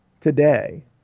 today